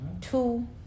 two